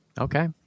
Okay